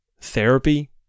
therapy